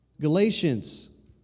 Galatians